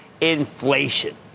inflation